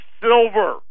Silver